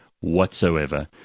whatsoever